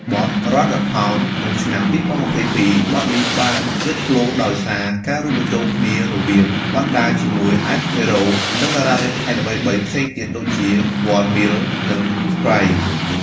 បទ "RUN THE TOWN" ក្នុង ឆ្នាំ២០២២ បទនេះបានលេចធ្លោដោយសារការរួមបញ្ចូលគ្នារវាងវណ្ណដាជាមួយ F.HERO និងតារារ៉េបថៃល្បីៗផ្សេងទៀតដូចជា 1MILL និង SPRITE។